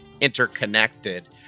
interconnected